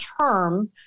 term